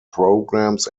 programs